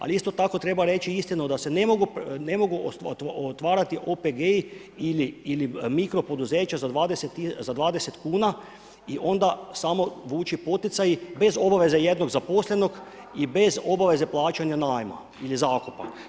Ali isto tako treba reći istinu da se ne mogu otvarati OPG-i ili mikro poduzeća za 20 kuna i onda samo vući poticaji bez obaveze jednog zaposlenog i bez obaveze plaćanja najma ili zakupa.